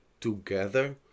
together